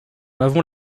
avons